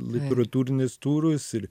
literatūrinius turus ir